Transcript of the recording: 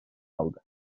aldı